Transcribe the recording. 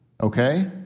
Okay